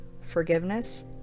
forgiveness